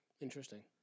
Interesting